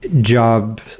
job